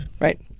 Right